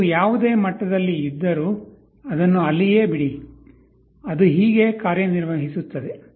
ನೀವು ಯಾವುದೇ ಮಟ್ಟದಲ್ಲಿ ಇದ್ದರೂ ಅದನ್ನು ಅಲ್ಲಿಯೇ ಬಿಡಿ ಅದು ಹೀಗೆ ಕಾರ್ಯನಿರ್ವಹಿಸುತ್ತದೆ